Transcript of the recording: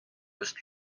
just